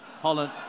Holland